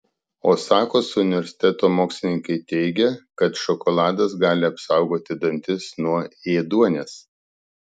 osakos universiteto mokslininkai teigia kad šokoladas gali apsaugoti dantis nuo ėduonies